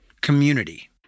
Community